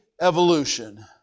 evolution